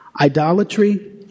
idolatry